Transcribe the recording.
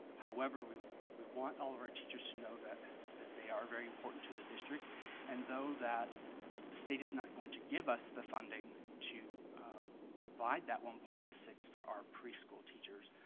however we we want all of our teachers to know that that they are very important to the district and though that the state is not going to give us the funding to provide that one point zero six for our preschool teachers